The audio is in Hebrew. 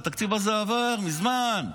התקציב הזה עבר מזמן.